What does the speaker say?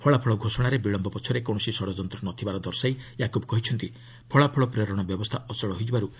ଫଳାଫଳ ଘୋଷଣାରେ ବିଳମ୍ୟ ପଛରେ କୌଣସି ଷଡ଼ଯନ୍ତ୍ର ନ ଥିବାର ଦର୍ଶାଇ ୟାକୁର୍ କହିଛନ୍ତି ଫଳାଫଳ ପ୍ରେରଣ ବ୍ୟବସ୍ଥା ଅଚଳ ହୋଇଯିବାରୁ ଏହି ବିଳମ୍ୟ ଘଟୁଛି